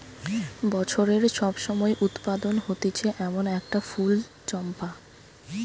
বছরের সব সময় উৎপাদন হতিছে এমন একটা ফুল চম্পা